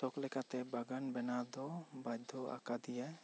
ᱥᱚᱠ ᱞᱮᱠᱟᱛᱮ ᱵᱟᱜᱟᱱ ᱵᱮᱱᱟᱣ ᱫᱚ ᱵᱟᱫᱷᱭᱚ ᱟᱠᱟᱫᱮᱭᱟ